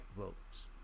votes